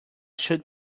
should